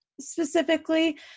specifically